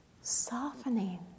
softening